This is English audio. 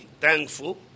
thankful